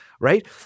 right